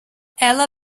ela